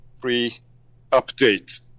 pre-update